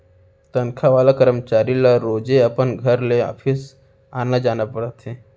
तनखा वाला करमचारी ल रोजे अपन घर ले ऑफिस आना जाना रथे